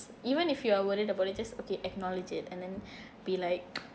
even if you are worried about it just okay acknowledge it and then be like